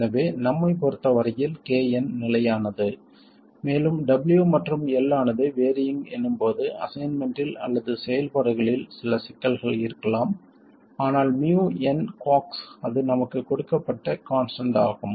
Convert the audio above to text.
எனவே நம்மைப் பொறுத்த வரையில் Kn நிலையானது மேலும் W மற்றும் L ஆனது வேறியிங் எனும்போது அசைன்மென்ட்டில் அல்லது செயல்பாடுகளில் சில சிக்கல்கள் இருக்கலாம் ஆனால் mu n C ox அது நமக்கு கொடுக்கப்பட்ட கான்ஸ்டன்ட் ஆகும்